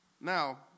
Now